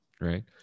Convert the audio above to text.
Right